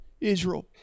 Israel